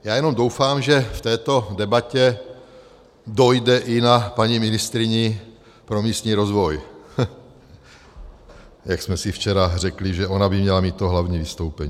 Já jenom doufám, že v této debatě dojde i na paní ministryni pro místní rozvoj, jak jsme si včera řekli, že ona by měla mít to hlavní vystoupení.